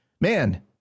man